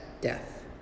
death